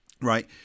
right